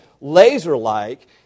laser-like